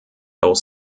auch